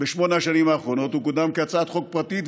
בשמונה השנים האחרונות הוא קודם כהצעת חוק פרטית,